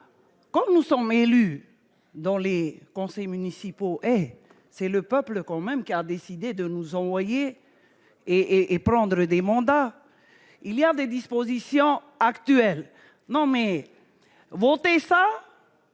quand nous sommes élus dans les conseils municipaux et c'est le peuple quand même car décidé de nous envoyer et et prendre des mandats, il y a des dispositions actuelles non mais monter ça